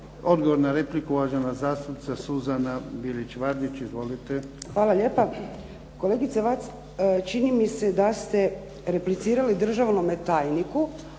Odgovor na repliku. Uvažena zastupnica Suzana Bilić Vardić. Izvolite. **Bilić Vardić, Suzana (HDZ)** Hvala lijepa. Kolegice Vac, čini mi se da ste replicirali državnome tajniku,